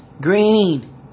green